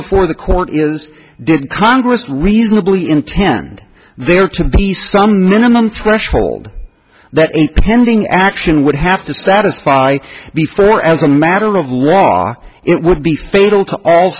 before the court is did congress reasonably intend there to be some minimum threshold that a pending action would have to satisfy before as a matter of law it would be fatal